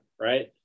right